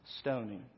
Stoning